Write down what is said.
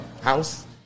house